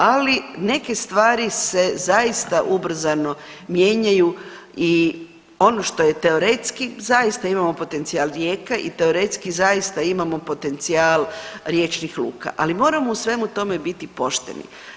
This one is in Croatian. Ali ne stvari se zaista ubrzano mijenjaju i ono što je teoretski zaista imamo potencijal rijeka i teoretski zaista imamo potencijal riječnih luka, ali moramo u svemu tome biti pošteni.